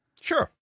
Sure